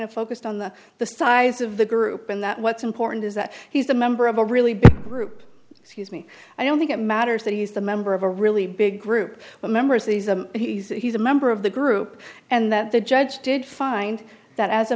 of focused on the the size of the group and that what's important is that he's a member of a really big group excuse me i don't think it matters that he's the member of a really big group but members these a he's a member of the group and that the judge did find that as a